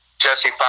Jesse